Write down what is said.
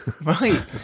Right